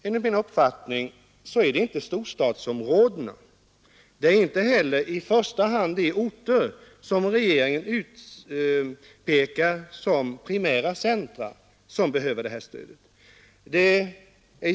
Enligt min uppfattning är det inte storstadsområdena och inte heller i första hand de orter som regeringen utpekar som primära centra som behöver detta stöd.